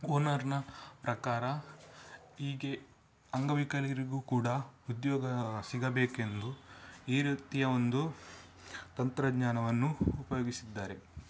ಓನರ್ನ ಪ್ರಕಾರ ಈಗ ಅಂಗವಿಕಲರಿಗೂ ಕೂಡ ಉದ್ಯೋಗ ಸಿಗಬೇಕೆಂದು ಈ ರೀತಿಯ ಒಂದು ತಂತ್ರಜ್ಞಾನವನ್ನು ಉಪಯೋಗಿಸಿದ್ದಾರೆ